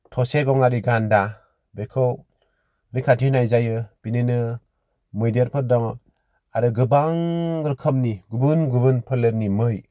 थसे गङारि गान्दा बेखौ रैखाथि होनाय जायो बिदिनो मैदेरफोर दं आरो गोबां रोखोमनि गुबुन गुबुन फोलेरनि मै